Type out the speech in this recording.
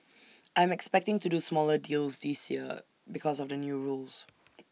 I'm expecting to do smaller deals this year because of the new rules